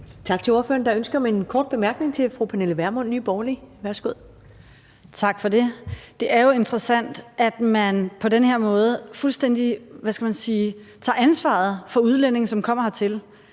Tak til ordføreren. Der er ønske om en kort bemærkning fra fru Pernille Vermund, Nye Borgerlige. Værsgo. Kl. 13:40 Pernille Vermund (NB): Tak for det. Det er jo interessant, at man på den her måde fuldstændig tager ansvaret fra udlændinge, som kommer hertil.